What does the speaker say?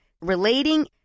relating